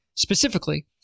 Specifically